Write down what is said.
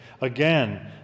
Again